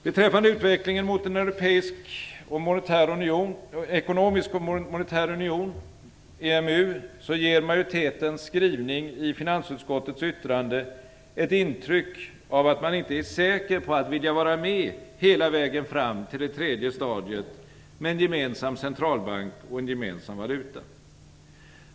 Beträffande utvecklingen mot en ekonomisk och monetär union, EMU, ger majoritetens skrivning i finansutskottets yttrande ett intryck av att man inte är säker på att vilja vara med hela vägen fram till det tredje stadiet med en gemensam centralbank och en gemensam valuta.